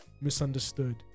misunderstood